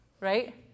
Right